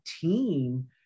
team